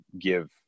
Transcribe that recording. give